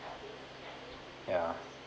yeah